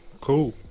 cool